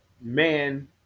man